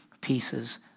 pieces